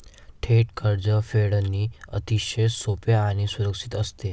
थेट कर्ज फेडणे अतिशय सोपे आणि सुरक्षित असते